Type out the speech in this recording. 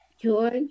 George